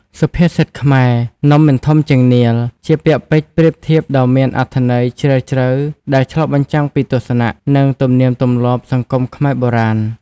សុភាសិតខ្មែរ នំមិនធំជាងនាឡិ ជាពាក្យពេចន៍ប្រៀបធៀបដ៏មានអត្ថន័យជ្រាលជ្រៅ ដែលឆ្លុះបញ្ចាំងពីទស្សនៈ និងទំនៀមទម្លាប់សង្គមខ្មែរបុរាណ ។